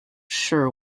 sure